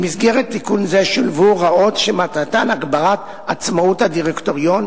במסגרת תיקון זה שולבו הוראות שמטרתן הגברת עצמאות הדירקטוריון